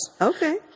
Okay